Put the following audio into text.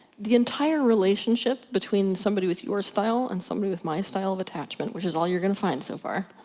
the entire relationship, between somebody with your style, and somebody with my style of attachment, which is all you're gonna find so far,